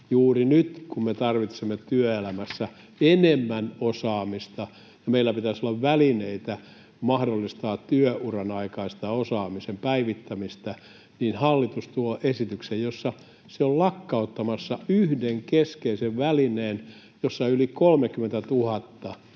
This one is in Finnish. Juuri nyt kun me tarvitsemme työelämässä enemmän osaamista ja meillä pitäisi olla välineitä mahdollistaa työuran aikaista osaamisen päivittämistä, niin hallitus tuo esityksen, jossa se on lakkauttamassa yhden keskeisen välineen, jolla yli 30 000